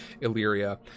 Illyria